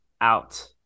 out